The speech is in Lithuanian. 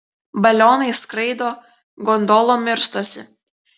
balionais skraido gondolom irstosi